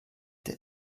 der